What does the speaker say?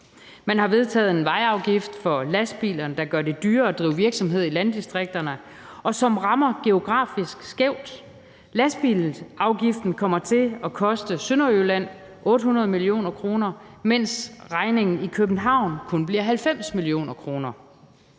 Man har vedtaget en vejafgift for lastbilerne, der gør det dyrere at drive virksomhed i landdistrikterne, og som rammer geografisk skævt. Lastbilsafgiften kommer til at koste Sønderjylland 800 mio. kr., mens regningen i København kun bliver 90 mio. kr.